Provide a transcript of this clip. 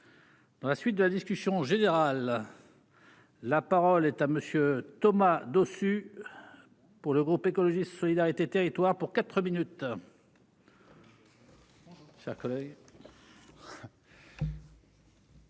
Dans la suite de la discussion générale. La parole est à monsieur Thomas dessus pour le groupe écologiste solidarité territoire pour 4 minutes.